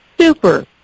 super